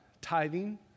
tithing